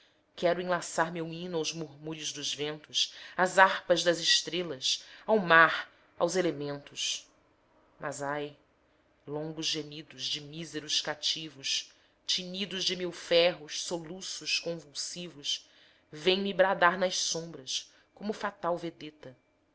desfira quero enlaçar meu hino aos murmúrios dos ventos às harpas das estrelas ao mar aos elementos mas ai longos gemidos de míseros cativos tinidos de mil ferros soluços convulsivos vêm me bradar nas sombras como fatal vedeta que